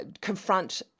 confront